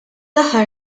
aħħar